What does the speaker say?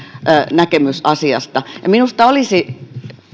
näkemys asiasta minusta olisi